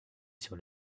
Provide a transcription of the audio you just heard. sur